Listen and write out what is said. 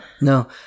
No